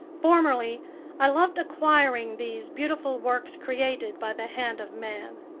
formerly i loved acquiring these beautiful works created by the hand of man.